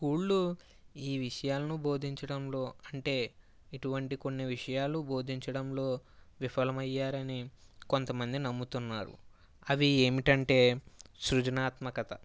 స్కూల్లు ఈ విషయాలను బోధించడంలో అంటే ఇటువంటి కొన్ని విషయాలు బోధించడంలో విఫలమయ్యారని కొంత మంది నమ్ముతున్నారు అవి ఏమిటంటే సృజనాత్మకత